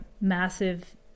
massive